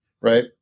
Right